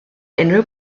unrhyw